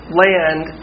land